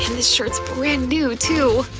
and this shirt's brand new too!